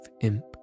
imp